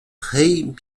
rey